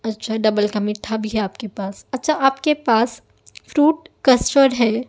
اچھا ڈبل کا میٹھا بھی ہے آپ کے پاس اچھا آپ کے پاس فروٹ کسٹرڈ ہے